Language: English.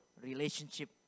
relationship